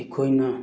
ꯑꯩꯈꯣꯏꯅ